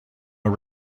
are